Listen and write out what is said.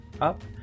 up